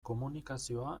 komunikazioa